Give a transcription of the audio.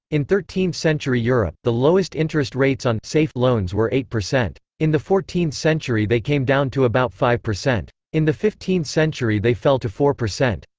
in thirteenth-century europe, the lowest interest rates on safe loans were eight percent. in the fourteenth century they came down to about five percent. in the century they fell to four percent.